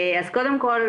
קודם כל,